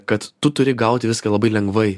kad tu turi gauti viską labai lengvai